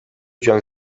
joan